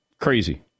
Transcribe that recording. Crazy